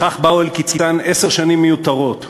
בכך באו אל קצן עשר שנים מיותרות,